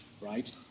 right